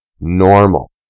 normal